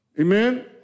Amen